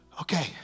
okay